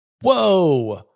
Whoa